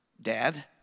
Dad